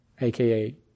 aka